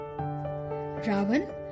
ravan